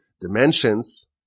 dimensions